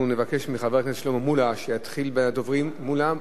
אנחנו נבקש מחבר הכנסת שלמה מולה שיהיה ראשון הדוברים.